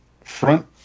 front